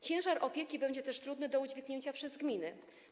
Ciężar opieki będzie też trudny do udźwignięcia przez gminę.